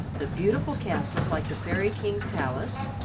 the beautiful castle like the fairy king's palace,